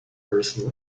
personal